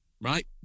right